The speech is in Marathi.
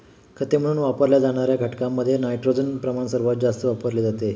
खते म्हणून वापरल्या जाणार्या घटकांमध्ये नायट्रोजनचे प्रमाण सर्वात जास्त वापरले जाते